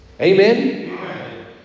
Amen